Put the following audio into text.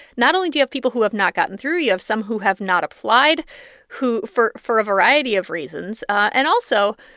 not only do you have people who have not gotten through. you of some who have not applied who for for a variety of reasons and also,